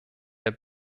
der